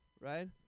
right